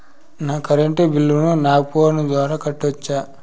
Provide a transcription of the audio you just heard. నా కరెంటు బిల్లును నా ఫోను ద్వారా కట్టొచ్చా?